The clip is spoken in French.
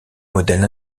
modèle